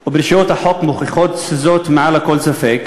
או ברשויות החוק מוכיחים זאת מעל לכל ספק,